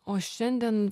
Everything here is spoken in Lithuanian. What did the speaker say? o šiandien